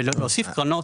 ולא להוסיף קרנות.